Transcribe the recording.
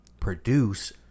produce